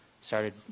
started